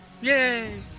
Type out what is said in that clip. Yay